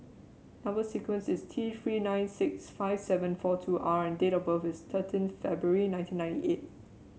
number sequence is T Three nine six five seven four two R and date of birth is thirteen February nineteen ninety eight